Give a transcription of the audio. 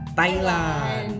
Thailand